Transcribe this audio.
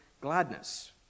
gladness